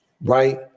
right